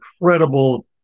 incredible